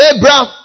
Abraham